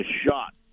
shot